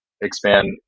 expand